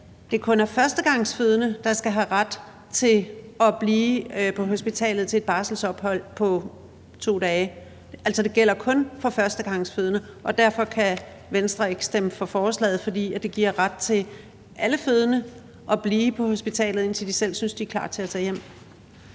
at det kun er førstegangsfødende, der skal have ret til at blive på hospitalet til et barselsophold på 2 dage, altså det gælder kun for førstegangsfødende, og at Venstre ikke kan stemme for forslaget, fordi det giver ret til alle fødende at blive på hospitalet, indtil de selv synes, de er klar til at tage hjem?